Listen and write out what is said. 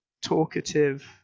talkative